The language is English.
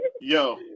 Yo